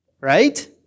Right